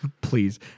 please